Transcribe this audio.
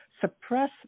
suppress